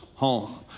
home